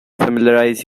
familiarize